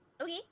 Okay